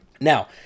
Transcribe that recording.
now